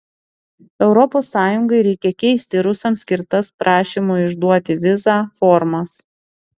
europos sąjungai reikia keisti rusams skirtas prašymo išduoti vizą formas